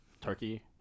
turkey